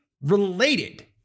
related